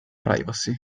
privacy